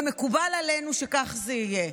ומקובל עלינו שכך זה יהיה.